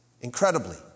Incredibly